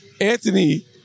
Anthony